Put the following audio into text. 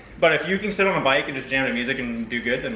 but if you can sit on the bike and just jam the music and do good, and